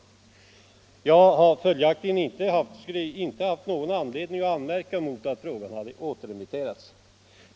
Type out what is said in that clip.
Jag skulle följaktligen inte haft någon anledning att anmärka mot att frågan återremitterades.